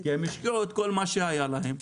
כי הם השקיעו את כל מה שהיה להם,